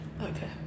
okay